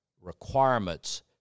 requirements